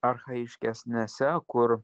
archajiškesnėse kur